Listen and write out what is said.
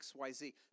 XYZ